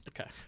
Okay